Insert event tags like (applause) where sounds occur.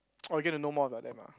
(noise) oh get to know more about them ah